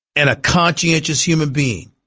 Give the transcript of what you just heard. and a conscientious human being.